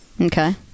Okay